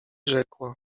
rzekła